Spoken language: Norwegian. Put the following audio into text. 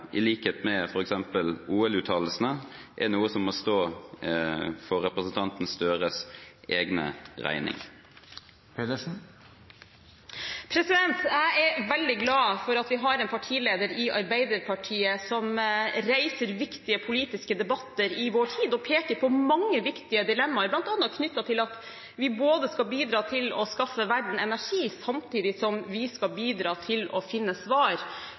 i likhet med f.eks. OL-uttalelsene – er noe som må stå for representanten Gahr Støres egen regning. Jeg er veldig glad for at vi i Arbeiderpartiet har en partileder som reiser viktige politiske debatter i vår tid og peker på mange viktige dilemmaer, bl.a. knyttet til at vi skal bidra til å skaffe verden energi, samtidig som vi skal bidra til å finne svar